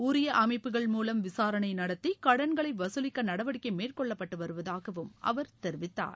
உரிய அமைப்புகள் மூலம் விசாரணை நடத்தி கடன்களை வகுலிக்க நடவடிக்கை மேற்கொள்ளப்பட்டு வருவதாகவும் அவர் தெரிவித்தார்